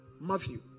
Matthew